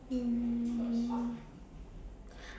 um